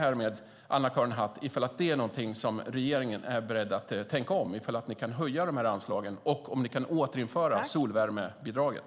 Är regeringen beredd att tänka om, höja anslagen och återinföra solvärmebidraget?